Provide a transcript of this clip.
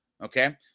Okay